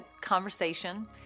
conversation